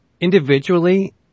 individually